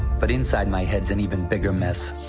but inside my head's an even bigger mess.